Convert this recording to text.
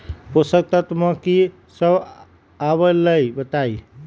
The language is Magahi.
पोषक तत्व म की सब आबलई बताई?